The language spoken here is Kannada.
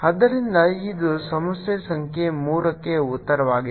ಆದ್ದರಿಂದ ಇದು ಸಮಸ್ಯೆ ಸಂಖ್ಯೆ 3 ಕ್ಕೆ ಉತ್ತರವಾಗಿದೆ